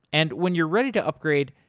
and when you're ready to upgrade,